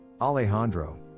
Alejandro